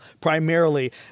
primarily